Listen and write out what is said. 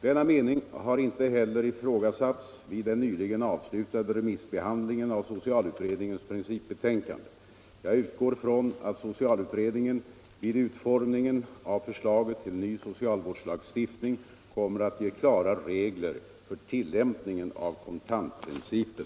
Denna mening har inte heller ifrågasatts vid den nyligen avslutade remissbehandlingen av socialutredningens principbetänkande. Jag utgår ifrån att socialutredningen vid utformningen av förslaget till ny socialvårdslagstiftning kommer att ge klara regler för tilllämpningen av kontantprincipen.